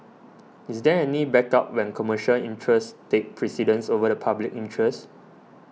is there any backup when commercial interests take precedence over the public interest